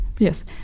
yes